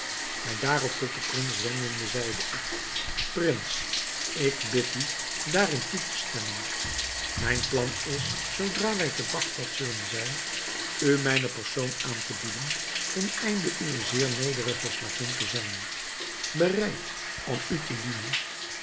mij daarop tot den prins wendende zeide ik prins ik bid u daarin toe te stemmen mijn plan is zoodra wij te bagdad zullen zijn u mijne persoon aan te bieden ten einde uwe zeer nederige slavin te zijn bereid om u te dienen